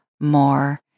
more